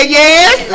yes